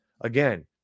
again